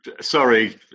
sorry